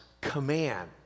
command